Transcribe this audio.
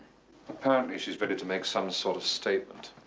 apparently she's ready to make some sort of statement.